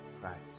Christ